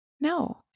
No